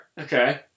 Okay